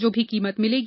जो भी कीमत मिलेगी